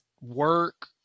work